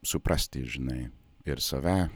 suprasti žinai ir save